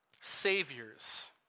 saviors